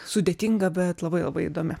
sudėtinga bet labai labai įdomi